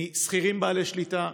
משכירים בעלי שליטה,